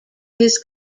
his